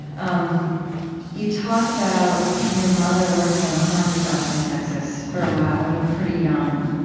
um you talk about your mother working in a honky-tonk in texas for a while when you were pretty young,